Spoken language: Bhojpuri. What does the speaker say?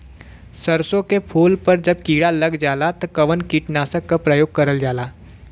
सरसो के फूल पर जब किड़ा लग जाला त कवन कीटनाशक क प्रयोग करल जाला?